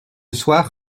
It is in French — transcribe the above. soir